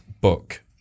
book